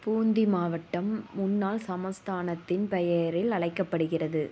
பூந்தி மாவட்டம் முன்னால் சமஸ்தானத்தின் பெயரில் அழைக்கப்படுகிறது